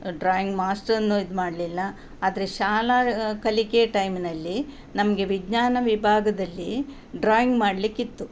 drawing ಮಾಸ್ಟರ್ನು ಇದು ಮಾಡಲಿಲ್ಲ ಆದರೆ ಶಾಲಾ ಕಲಿಕೆ ಟೈಮ್ನಲ್ಲಿ ನಮಗೆ ವಿಜ್ಞಾನ ವಿಭಾಗದಲ್ಲಿ ಡ್ರಾಯಿಂಗ್ ಮಾಡಲಿಕ್ಕಿತ್ತು